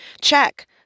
check